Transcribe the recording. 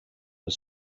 was